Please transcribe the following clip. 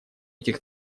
этих